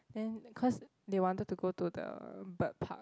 then cause they wanted to go to the bird park